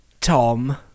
Tom